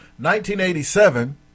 1987